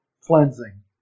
cleansing